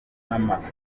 n’amakaro